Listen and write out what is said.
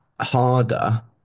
harder